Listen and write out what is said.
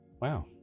Wow